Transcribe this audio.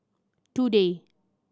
today